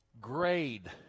grade